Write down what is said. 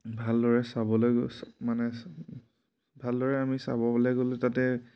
ভালদৰে চাবলৈ গ'ল মানে ভালদৰে আমি চাবলৈ গ'লে তাতে